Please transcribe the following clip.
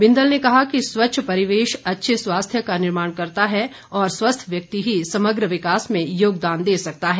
बिंदल ने कहा कि स्वच्छ परिवेश अच्छे स्वास्थ्य का निर्माण करता है और स्वस्थ व्यक्ति ही समग्र विकास में योगदान दे सकता है